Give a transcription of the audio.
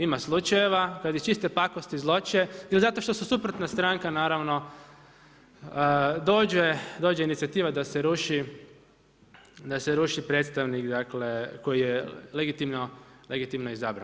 Ima slučajeva radi čiste pakosti zloće ili zato što su suprotna stranka naravno dođe inicijativa da se ruši predstavnik koji je legitimno izabran.